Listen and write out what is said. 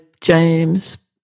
James